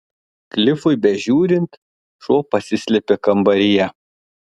klifui bežiūrint šuo pasislėpė kambaryje